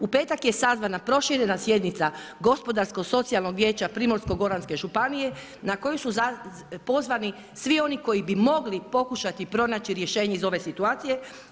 U petak je sazvana proširena sjednica gospodarsko-socijalnog vijeća Primorsko-goranske županije na koju su pozvani svi oni koji bi mogli pokušati pronaći rješenje iz ove situacije.